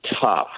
tough